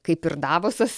kaip ir davosas